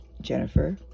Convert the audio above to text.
Jennifer